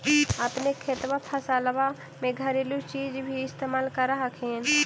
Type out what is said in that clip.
अपने खेतबा फसल्बा मे घरेलू चीज भी इस्तेमल कर हखिन?